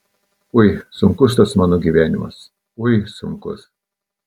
ui sunkus tas mano gyvenimas ui sunkus